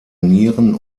nieren